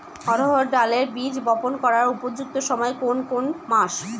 অড়হড় ডালের বীজ বপন করার উপযুক্ত সময় কোন কোন মাস?